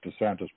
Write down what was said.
DeSantis